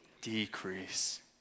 decrease